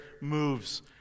moves